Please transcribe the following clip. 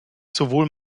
sowohl